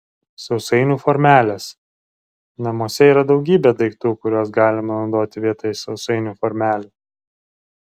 sausainių formelės namuose yra daugybė daiktų kuriuos galima naudoti vietoj sausainių formelių